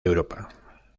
europa